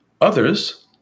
Others